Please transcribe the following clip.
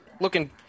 Looking